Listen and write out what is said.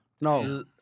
No